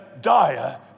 dire